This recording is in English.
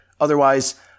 Otherwise